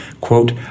quote